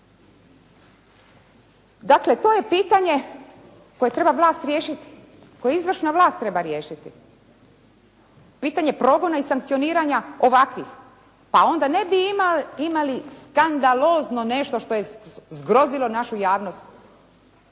Dakle, to je pitanje koje vlast treba riješiti, koje izvršna vlast treba riješiti. Pitanje progona i sankcioniranja ovakvih, pa onda ne bi imali skandalozno nešto što je zgrozilo našu javnost